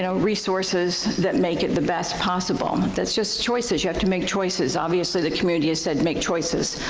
you know resources that make it the best possible. that's just choices, you have to make choices. obviously the community has said make choices.